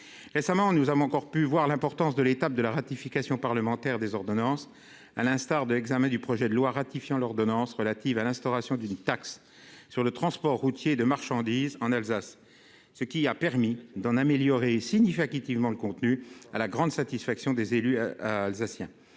récemment, nous avons encore pu voir l'importance de l'étape de la ratification parlementaire des ordonnances, à l'instar de l'examen du projet de loi ratifiant l'ordonnance relative à l'instauration d'une taxe sur le transport routier de marchandises en Alsace, ce qui a permis d'en améliorer si ni Facchetti le contenu à la grande satisfaction des élus alsaciens